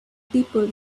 people